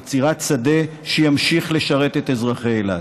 יצירת שדה שימשיך לשרת את אזרחי אילת.